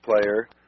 player